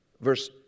Verse